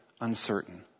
Uncertain